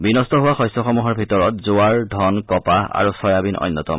বিনষ্ট হোৱা শস্যসমূহৰ ভিতৰত জোৱাৰ ধন কঁপাহ আৰু ছয়াবিন অন্যতম